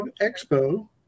Expo